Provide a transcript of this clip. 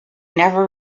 never